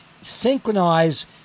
synchronize